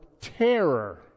terror